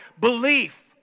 belief